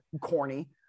corny